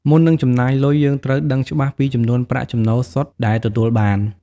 មុននឹងចំណាយលុយ យើងត្រូវដឹងច្បាស់ពីចំនួនប្រាក់ចំណូលសុទ្ធដែលទទួលបាន។